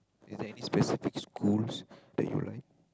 is there any specific schools that you like